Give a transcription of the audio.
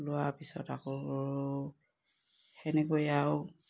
লোৱাৰ পিছত আকৌ সেনেকৈ আৰু